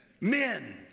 men